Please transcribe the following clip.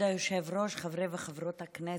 כבוד היושב-ראש, חברי וחברות הכנסת,